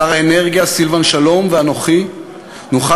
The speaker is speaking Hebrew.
שר האנרגיה והמים סילבן שלום ואנוכי נוכל